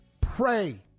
Pray